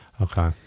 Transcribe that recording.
Okay